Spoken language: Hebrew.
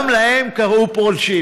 גם להם קראו פולשים.